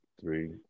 three